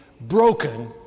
broken